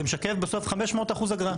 זה משקף בסוף 500% אגרה.